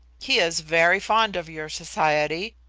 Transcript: he is very fond of your society,